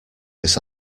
this